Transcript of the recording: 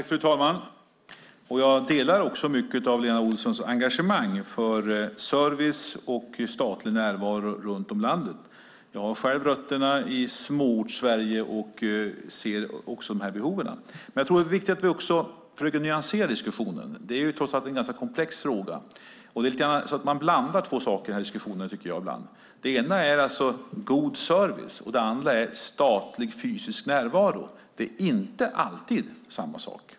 Fru talman! Jag delar mycket av Lena Olssons engagemang för service och statlig närvaro runt om i landet. Jag har själv rötterna i Småortssverige och ser också dessa behov. Det är dock viktigt att vi försöker nyansera diskussionen. Det är trots allt en ganska komplex fråga. Man blandar ibland ihop två saker i dessa diskussioner. Det ena är god service och det andra är statlig fysisk närvaro, vilket inte alltid är samma sak.